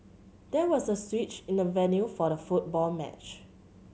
there was a switch in the venue for the football match